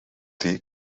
dir